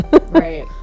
right